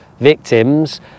victims